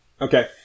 Okay